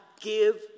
give